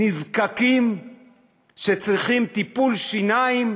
מיליון לנזקקים שצריכים טיפול שיניים.